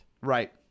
Right